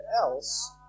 else